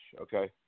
okay